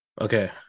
Okay